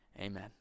Amen